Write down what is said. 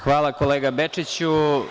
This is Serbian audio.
Hvala kolega Bečiću.